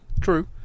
True